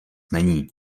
není